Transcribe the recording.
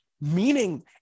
meaning